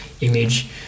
image